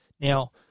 Now